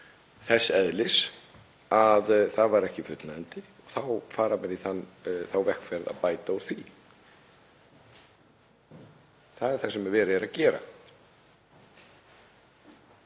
þess eðlis að það var ekki fullnægjandi. Þá fara menn í þá vegferð að bæta úr því. Það er það sem verið er að gera.